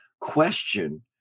question